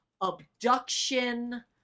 abduction